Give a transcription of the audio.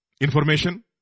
information